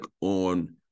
on